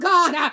God